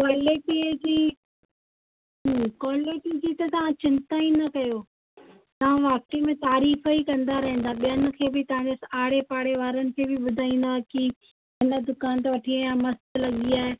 क्वालिटीअ जी क्वालिटी जी त तव्हां चिंता ई न कयो तव्हां वाक़ई में तारीफ़ ई कंदा रहंदा ॿियनि खे बि तव्हांजे आड़े पाड़े वारनि खे बि ॿुधाईंदा की हिन दुकान ते वठी आई आहे मस्तु लॻी आहे